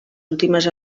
últimes